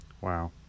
wow